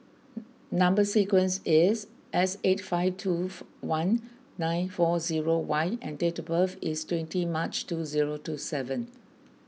Number Sequence is S eight five two four one nine four zero Y and date of birth is twenty March two zero two seven